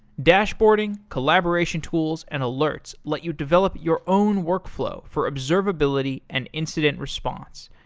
dashboarding, collaboration tools, and alerts let you develop your own workflow for observability and incident response.